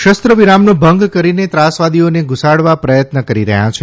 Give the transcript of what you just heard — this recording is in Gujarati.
શ વિરામનો ભંગ કરીને ત્રાસવાદીઓને ધુસાડવા પ્રયત્ન કરી રહ્યા છે